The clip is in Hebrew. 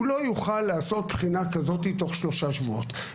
הוא לא יוכל לעשות בחינה כזאת תוך שלושה שבועות.